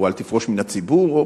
אל תפרוש מן הציבור,